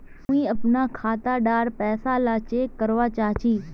मुई अपना खाता डार पैसा ला चेक करवा चाहची?